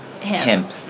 hemp